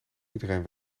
iedereen